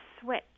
switch